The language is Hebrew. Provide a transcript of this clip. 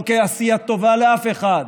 לא כעשיית טובה לאף אחד,